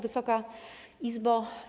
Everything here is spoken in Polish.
Wysoka Izbo!